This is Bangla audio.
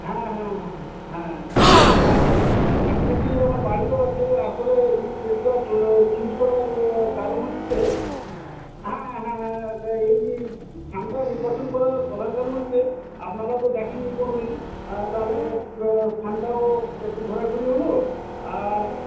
হ্যাঁ হ্যাঁ হ্যাঁ আর শুধু তাই নয় কাছাকাছিও আমার বাড়িও আছে আসলে এই প্লেসটা চুজ করার কারণ হচ্ছে হ্যাঁ হ্যাঁ এই স্থানটা নির্বাচন করার প্রধান কারণ হচ্ছে আপনারা তো দেখেননি কোনওদিন তাহলে স্থানটাও একটু ঘোরাঘুরি হল আর